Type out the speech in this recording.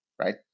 right